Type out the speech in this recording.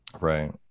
right